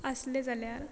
आसली जाल्यार